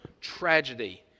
tragedy